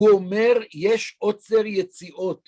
‫הוא אומר, יש עוצר יציאות.